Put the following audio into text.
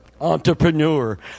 Entrepreneur